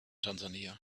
tansania